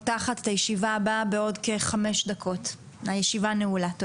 הישיבה ננעלה בשעה 11:25.